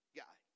guy